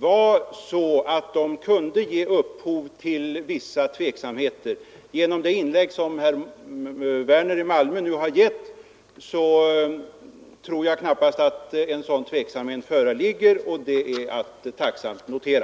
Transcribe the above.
kunde nämligen ge upphov till viss tveksamhet. Efter herr Werners inlägg tror jag knappast att någon tveksamhet föreligger, och det är att tacksamt notera.